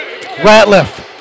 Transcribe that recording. Ratliff